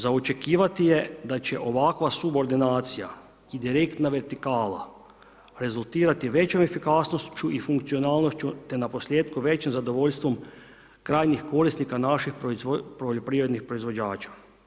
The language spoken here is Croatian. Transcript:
Za očekivati je da će ovakva subordinacija i direktna vertikala rezultirati većoj efikasnošću i funkcionalnošću te na posljetku većem zadovoljstvom krajnjih korisnika naših poljoprivrednih proizvođača.